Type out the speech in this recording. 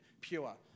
pure